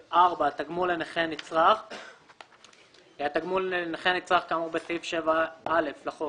התגמול לנכה נצרך 4. התגמול לנכה נצרך כאמור בסעיף 7(א) לחוק